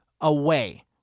away